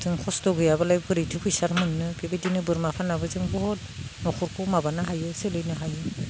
जों खस्त' गैयाबालाय बोरैथ' फैसा मोननो बेबायदिनो बोरमा फाननाबो जों बहत न'खरखौ माबानो हायो सोलिनो हायो